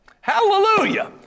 Hallelujah